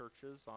churches